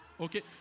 Okay